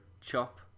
chop